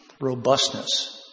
robustness